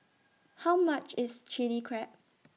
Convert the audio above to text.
How much IS Chilli Crab